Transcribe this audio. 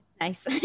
Nice